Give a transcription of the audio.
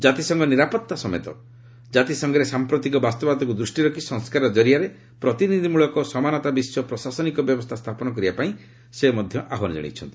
ଜାତିସଂଘ ନିରାପତ୍ତା ସମେତ ଜାତିସଂଘରେ ସାମ୍ପ୍ରତିକ ବାସ୍ତବତାକୁ ଦୃଷ୍ଟିରେ ରଖି ସଂସ୍କାର ଜରିଆରେ ପ୍ରତିନିଧି ମୂଳକ ଓ ସମାନତା ବିଶ୍ୱ ପ୍ରଶାସନିକ ବ୍ୟବସ୍ଥା ସ୍ଥାପନ କରିବା ପାଇଁ ମଧ୍ୟ ସେ ଆହ୍ୱାନ ଜଣାଇଛନ୍ତି